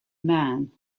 man